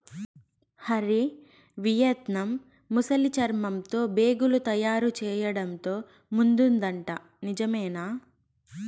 Hari, Vietnam ముసలి చర్మంతో బేగులు తయారు చేయడంతో ముందుందట నిజమేనా